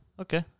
Okay